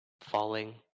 falling